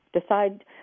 decide